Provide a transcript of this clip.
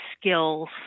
skills